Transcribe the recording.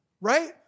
Right